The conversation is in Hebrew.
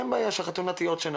אין בעיה שהחתונה תהיה עוד שנה,